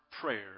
prayer